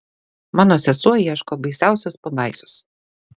mano sesuo ieško baisiausios pabaisos